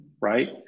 right